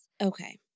Okay